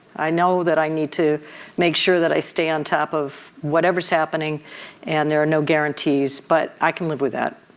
i know that i need to make sure that i stay on top of whatever's happening and there are no guarantees but i can live with that.